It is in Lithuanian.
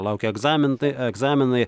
laukia egzamintai egzaminai